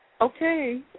Okay